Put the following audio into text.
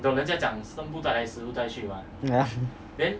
yeah